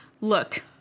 Look